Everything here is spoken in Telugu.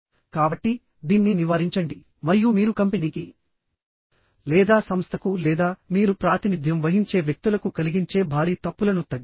కాబట్టి దీన్ని నివారించండి మరియు మీరు కంపెనీకి లేదా సంస్థకు లేదా మీరు ప్రాతినిధ్యం వహించే వ్యక్తులకు కలిగించే భారీ తప్పులను తగ్గించండి